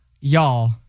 Y'all